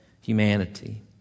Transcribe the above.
humanity